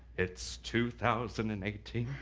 it's two thousand and eighteen